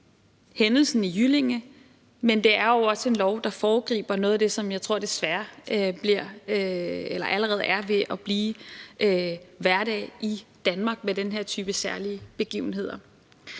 hændelsen i Jyllinge, men det er jo også en lov, og foregriber noget af det, som jeg tror desværre bliver og allerede er ved at være hverdag i Danmark med den her type særlige begivenheder.